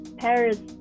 Paris